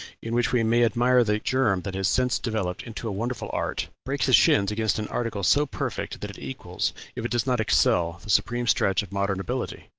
in which we may admire the germ that has since developed into a wonderful art breaks his shins against an article so perfect that it equals if it does not excel the supreme stretch of modern ability?